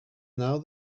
now